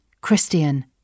Christian